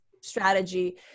strategy